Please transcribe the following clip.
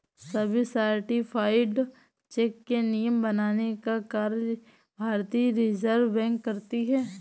सभी certified cheque के नियम बनाने का कार्य भारतीय रिज़र्व बैंक करती है